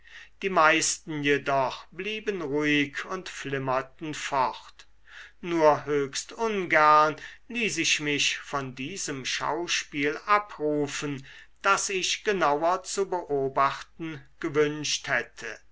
die meisten jedoch blieben ruhig und flimmerten fort nur höchst ungern ließ ich mich von diesem schauspiel abrufen das ich genauer zu beobachten gewünscht hätte